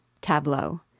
Tableau